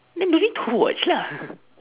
then don't need to watch lah